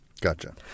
Gotcha